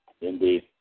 Indeed